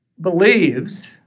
believes